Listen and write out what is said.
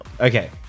Okay